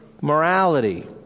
morality